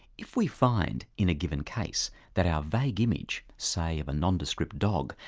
if we find, in a given case, that our vague image, say of a nondescript dog,